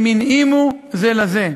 הם הנעימו זה לזה.